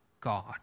God